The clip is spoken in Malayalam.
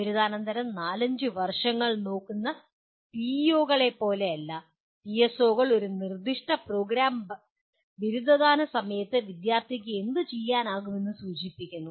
ബിരുദാനന്തരം നാലഞ്ച് വർഷങ്ങൾ നോക്കുന്ന പിഇഒകളെപ്പോലെയല്ല പിഎസ്ഒകൾ ഒരു നിർദ്ദിഷ്ട പ്രോഗ്രാം ബിരുദദാന സമയത്ത് വിദ്യാർത്ഥിക്ക് എന്ത് ചെയ്യാനാകുമെന്ന് സൂചിപ്പിക്കുന്നു